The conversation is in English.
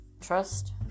trust